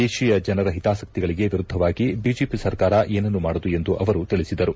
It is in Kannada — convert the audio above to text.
ದೇಶೀಯ ಜನರ ಹಿತಾಸಕಿಗಳಿಗೆ ವಿರುಧವಾಗಿ ಬಿಜೆಪಿ ಸರ್ಕಾರ ಏನನ್ನೂ ಮಾಡದು ಎಂದು ಅವರು ತಿಳಿಸಿದರು